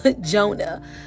Jonah